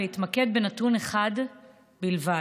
ואתמקד בנתון אחד בלבד: